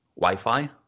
Wi-Fi